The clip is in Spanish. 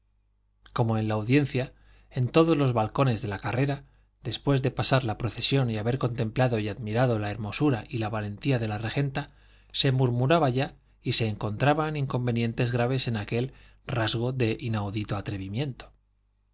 como en la audiencia en todos los balcones de la carrera después de pasar la procesión y haber contemplado y admirado la hermosura y la valentía de la regenta se murmuraba ya y se encontraba inconvenientes graves en aquel rasgo de inaudito atrevimiento